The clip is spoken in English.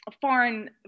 foreign